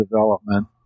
development